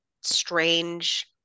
strange